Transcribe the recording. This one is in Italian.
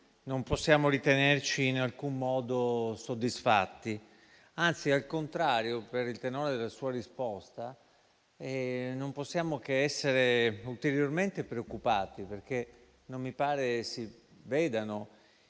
non possiamo ritenerci in alcun modo soddisfatti; anzi, al contrario, per il tenore della sua risposta, non possiamo che essere ulteriormente preoccupati, perché non mi pare si vedano